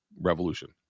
revolution